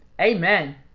amen